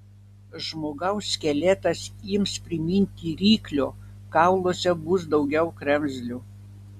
žmogaus skeletas ims priminti ryklio kauluose bus daugiau kremzlių